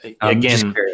Again